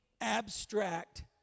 abstract